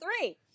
three